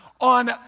on